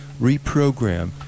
reprogram